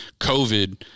COVID